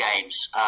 games